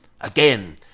Again